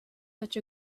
such